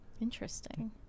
Interesting